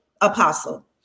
apostle